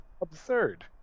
absurd